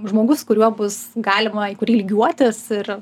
žmogus kuriuo bus galima į kurį lygiuotis ir